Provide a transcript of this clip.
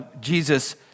Jesus